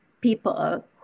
people